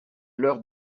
l’heure